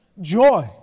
joy